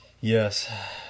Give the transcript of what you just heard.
Yes